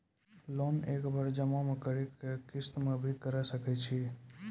Loan एक बार जमा म करि कि किस्त मे भी करऽ सके छि?